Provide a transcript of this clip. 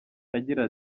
agira